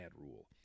rule